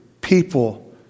people